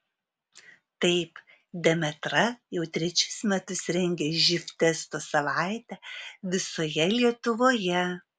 taip demetra jau trečius metus rengia živ testo savaitę visoje lietuvoje